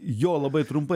jo labai trumpai